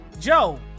Joe